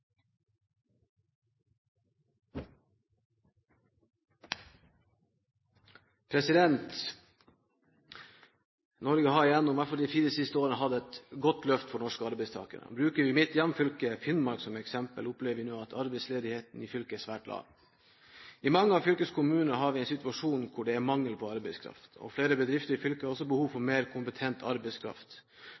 Norge har i hvert fall gjennom de fire siste årene hatt et godt løft for norske arbeidstakere. Bruker vi mitt hjemfylke Finnmark som eksempel, opplever vi nå at arbeidsledigheten i fylket er svært lav. I mange av fylkeskommunene har vi en situasjon hvor det er mangel på arbeidskraft, og flere bedrifter i fylket har også behov for mer kompetent arbeidskraft.